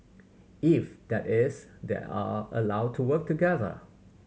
if that is they are allowed to work together